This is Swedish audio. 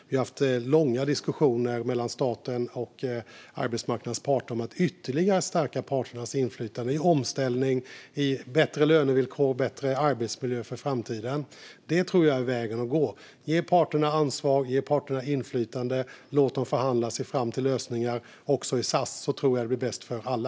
Vi har haft långa diskussioner mellan staten och arbetsmarknadens parter om att ytterligare stärka parternas inflytande i omställning och i bättre lönevillkor och bättre arbetsmiljö för framtiden. Det tror jag är vägen att gå. Att ge parterna ansvar och inflytande och låta dem förhandla sig fram till lösningar, också i SAS, tror jag blir bäst för alla.